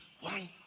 one